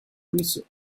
füße